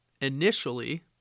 initially